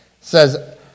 says